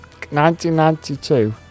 1992